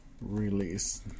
release